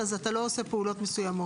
הוא המוסד.